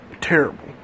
terrible